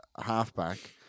halfback